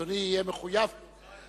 אדוני יהיה מחויב לעמוד בו.